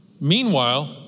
Meanwhile